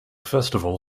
festival